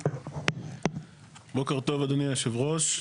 בוקר טוב אדוני היו"ר,